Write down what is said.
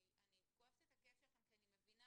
אני כואבת את הכאב שלכם כי אני מבינה